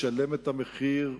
לשלם את המחיר,